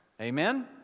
amen